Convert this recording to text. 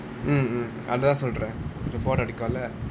mm அதுதான் சொல்றேன்:athuthaan solraen bore அடிகுள்ள:adikulla